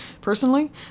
personally